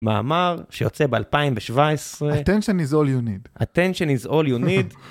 מאמר שיוצא ב2017. attention is all you need. attention is all you need.